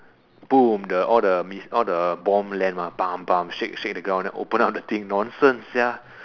boom the all the mis~ all the bomb land mah shake shake the ground then open up the thing nonsense sia